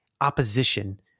opposition